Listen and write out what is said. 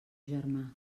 germà